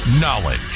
Knowledge